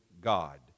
God